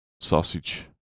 sausage